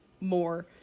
More